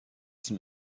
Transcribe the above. zum